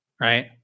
right